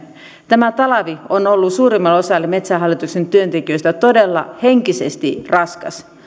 tämä talvi on ollut suurimmalle osalle metsähallituksen työntekijöistä henkisesti todella raskas